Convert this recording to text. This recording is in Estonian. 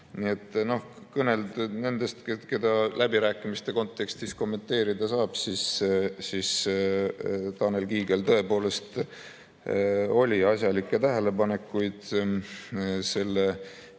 Nii et kui kõnelda nendest, keda läbirääkimiste kontekstis kommenteerida saab, siis Tanel Kiigel tõepoolest oli asjalikke tähelepanekuid selle